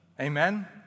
Amen